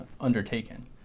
undertaken